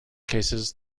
cases